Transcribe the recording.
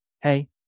hey